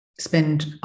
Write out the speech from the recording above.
Spend